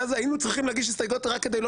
ואז היינו צריכים להגיש הסתייגויות רק כדי לא